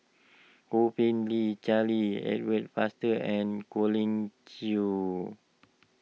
Yo Po Tee Charles Edward Faber and Colin Cheong